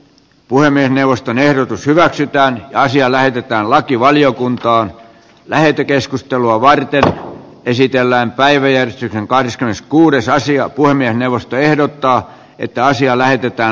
puhemiesneuvoston ehdotus hyväksytään asia lähetetään lakivaliokuntaan lähetekeskustelua waigel esitellään päiviä sitten kahdeskymmeneskuudes aisia pulmia neuvosto ehdottaa että asia lähetetään